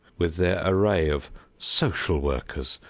with their array of social workers,